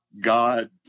god